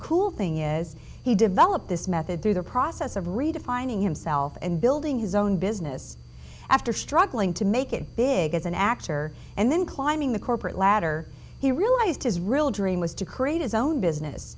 cool thing is he developed this method through the process of redefining himself and building his own business after struggling to make it big as an actor and then climbing the corporate ladder he realized his real dream was to create his own business